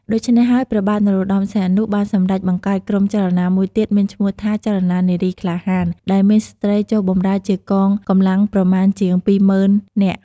ដូចនេះហើយព្រះបាទ នរោត្តមសីហនុ បានសម្រេចបង្កើតក្រុមចលនាមួយទៀតមានឈ្មោះថា ចលនានារីក្លាហាន ដែលមានស្ត្រីចូលបម្រើជាកងកម្លាំងប្រមាណជា ២០,០០០ (២មុឺននាក់) ។